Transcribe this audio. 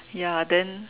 ya then